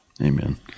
amen